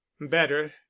better